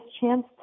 chance